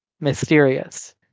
mysterious